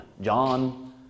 John